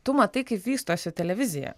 tu matai kaip vystosi televizija